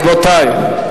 רבותי.